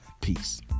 Peace